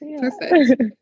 perfect